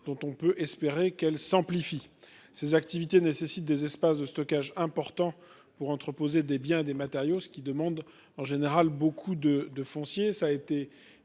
dont on peut espérer qu'elle s'amplifie ses activités nécessitent des espaces de stockage important pour entreposer des biens des matériaux, ce qui demande en général beaucoup de de foncier.